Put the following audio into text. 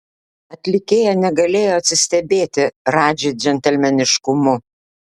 atlikėja negalėjo atsistebėti radži džentelmeniškumu